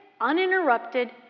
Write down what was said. uninterrupted